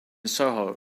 soho